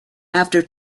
after